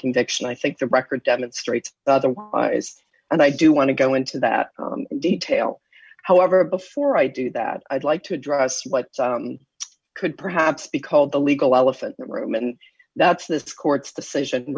conviction i think the record demonstrates otherwise and i do want to go into that detail however before i do that i'd like to address what could perhaps be called the legal elephant room and that's this court's decision